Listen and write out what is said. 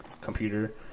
computer